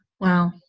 Wow